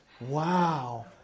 Wow